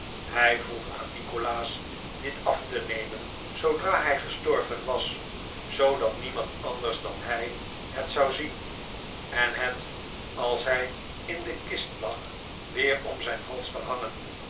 hij vroeg aan nikolaas dit af te nemen zoodra hij gestorven was zoodat niemand anders dan hij het zou zien en het als hij in de kist lag weer om zijn hals te hangen